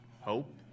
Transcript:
hope